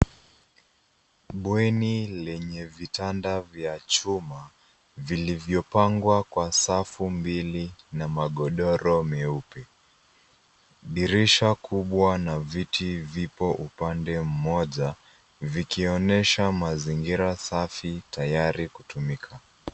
Bweni lenye vitanda vya chuma vilivyopangwa kwa safu mbili na magodoro meupe. Dirisha kubwa na viti vipo upande mmoja vikionyesha mazingira safi tayari kutumika.